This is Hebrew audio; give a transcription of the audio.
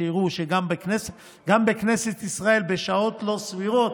שיראו שגם בכנסת ישראל בשעות לא סבירות,